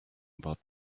about